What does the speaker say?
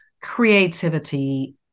creativity